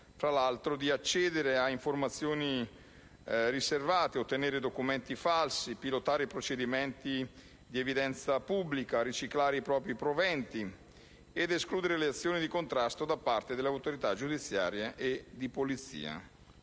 fra l'altro, di accedere ad informazioni riservate, ottenere documenti falsi, pilotare procedimenti di evidenza pubblica, riciclare i propri proventi ed escludere le azioni di contrasto da parte delle autorità giudiziarie e di polizia: